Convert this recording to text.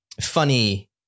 funny